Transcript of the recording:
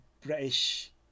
British